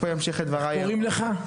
איך קוראים לך?